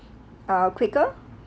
uh quicker